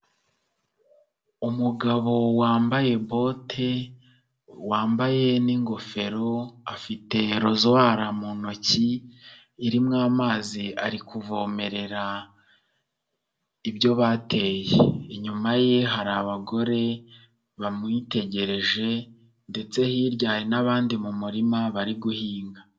Umugabo wambaye bote wambaye n'ingofero afite rozwara mu ntoki, irimo amazi ari kuvomerera ibyo bateye, inyuma ye hari abagore bamwitegereje ndetse hirya hari n'abandi mu murima bari guhinga.